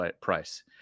price